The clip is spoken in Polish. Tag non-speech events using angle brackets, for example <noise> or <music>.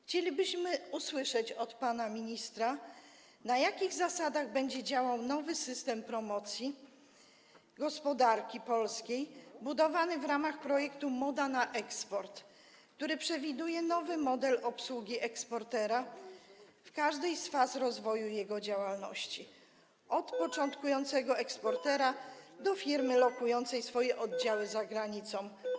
Chcielibyśmy usłyszeć od pana ministra, na jakich zasadach będzie działał nowy system promocji gospodarki polskiej budowany w ramach projektu „Moda na eksport”, który przewiduje nowy model obsługi eksportera w każdej z faz rozwoju jego działalności, od <noise> początkującego eksportera do firmy lokującej swoje oddziały za granicą.